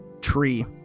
tree